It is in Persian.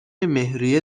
مهریه